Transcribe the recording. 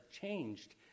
changed